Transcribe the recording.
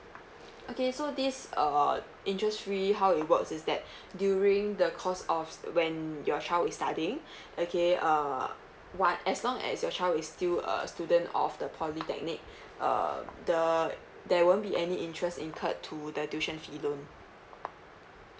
okay so this err interest free how it works is that during the course of when your child is studying okay err what as long as your child is still a student of the polytechnic err the there won't be any interest incurred to the tuition fee loan